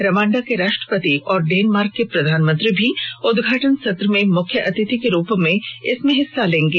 Rwanda के राष्ट्रपति और डेनमार्क के प्रधानमंत्री भी उद्घाटन सत्र में मुख्य अतिथि के रूप में इसमें हिस्सा लेंगे